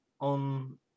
on